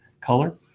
color